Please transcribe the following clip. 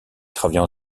travaille